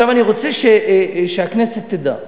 אני רוצה שהכנסת תדע.